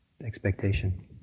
expectation